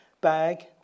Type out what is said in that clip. bag